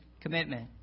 commitment